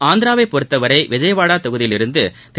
ஆந்திராவைப் பொறுத்தவரை விஜயவாடா தொகுதியிலிருந்து திரு